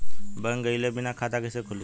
Bank गइले बिना खाता कईसे खुली?